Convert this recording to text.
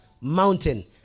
mountain